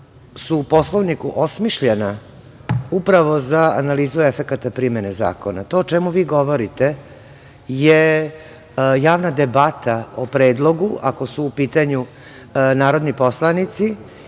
u Poslovniku osmišljena upravo za analizu efekata primene zakona. To o čemu vi govorite je javna debata o predlogu, ako su u pitanju narodni poslanici